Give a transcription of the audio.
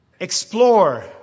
explore